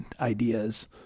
ideas